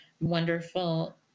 wonderful